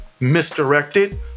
misdirected